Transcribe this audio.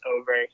over